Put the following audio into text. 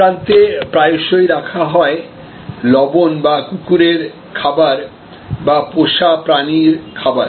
এই প্রান্তে প্রায়শই রাখা হয় লবণ বা কুকুরের খাবার বা পোষা প্রানীর খাবার